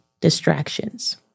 distractions